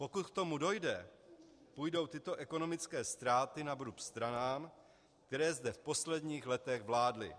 Pokud k tomu dojde, půjdou tyto ekonomické ztráty na vrub stranám, které zde v posledních letech vládly.